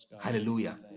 hallelujah